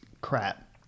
crap